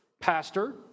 Pastor